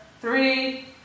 three